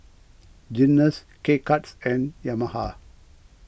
Guinness K Cuts and Yamaha